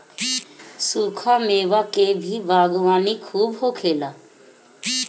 सुखा मेवा के भी बागवानी खूब होखेला